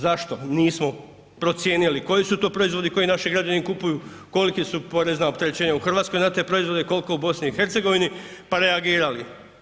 Zašto nismo procijenili koji su to proizvodi koji naši građani kupuju, kolika su porezna opterećenja u Hrvatskoj na te proizvode, koliko u BiH, pa reagirali?